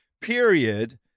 period